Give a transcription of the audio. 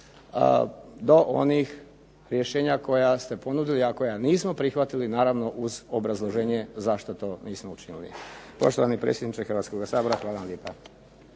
do onih rješenja koja ste ponudili, a koja nismo prihvatili. Naravno uz obrazloženje zašto to nismo učinili. Poštovani predsjedniče Hrvatskoga sabora, hvala vam lijepa.